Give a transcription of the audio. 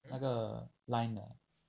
那个 Line 的